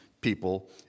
people